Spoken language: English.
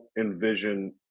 envision